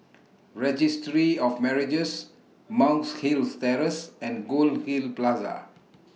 Registry of Marriages Monk's Hill Terrace and Goldhill Plaza